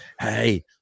Hey